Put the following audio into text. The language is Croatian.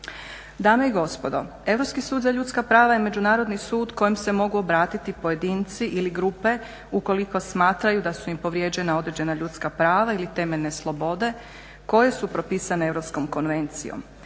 Dame i gospodo, Europski sud za ljudska prava je međunarodni sud kojem se mogu obratiti pojedinci ili grupe ukoliko smatraju da su im povrijeđena određena ljudska prava ili temeljne slobodne koje su propisane Europskom konvencijom